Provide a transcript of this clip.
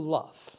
love